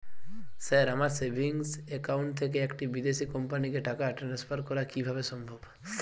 Sir আমার savings account থেকে একটি বিদেশি কোম্পানিকে টাকা ট্রান্সফার করা কীভাবে সম্ভব?